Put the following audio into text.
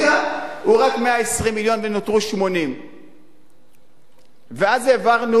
הוא רק 120 מיליון ונותרו 80. אז העברנו,